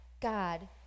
God